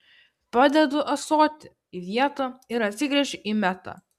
padedu ąsotį į vietą ir atsigręžiu į metą